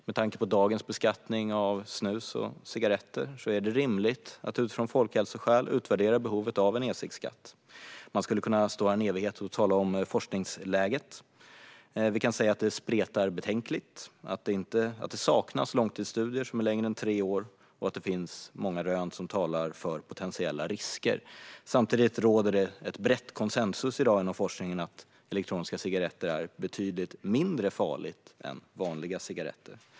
Med tanke på dagens beskattning av snus och cigaretter är det rimligt att av folkhälsoskäl utvärdera behovet av en e-ciggskatt. Man skulle kunna stå här i en evighet och tala om forskningsläget. Vi kan säga att det spretar betänkligt, att det saknas långtidsstudier - längre än tre år - och att det finns många rön som talar för potentiella risker. Samtidigt råder i dag bred konsensus inom forskningen om att elektroniska cigaretter är betydligt mindre farliga än vanliga cigaretter.